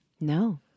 No